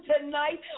tonight